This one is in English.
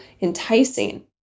enticing